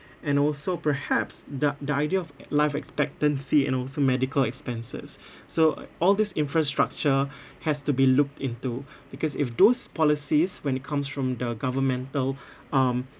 and also perhaps the the idea of life expectancy and also medical expenses so all this infrastructure has to be looked into because if those policies when it comes from the governmental um